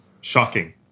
Shocking